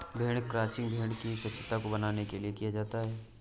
भेड़ क्रंचिंग भेड़ की स्वच्छता को बनाने के लिए किया जाता है